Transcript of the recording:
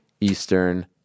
Eastern